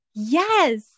Yes